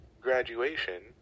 graduation